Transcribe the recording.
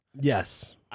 Yes